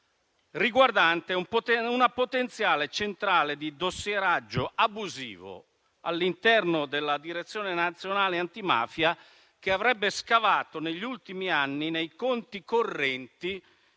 riguardante una potenziale centrale di dossieraggio abusivo all'interno della Direzione nazionale antimafia, che avrebbe scavato, negli ultimi anni, nei conti correnti